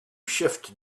shift